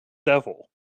devil